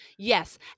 Yes